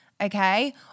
Okay